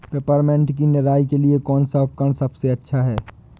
Peppermint की निराई के लिए कौन सा उपकरण सबसे अच्छा है?